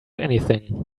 anything